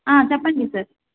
చెప్పండి సార్